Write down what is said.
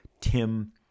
Tim